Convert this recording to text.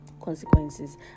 consequences